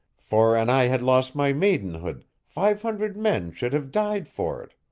for an i had lost my maidenhead, five hundred men should have died for it.